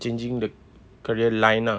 changing the career line lah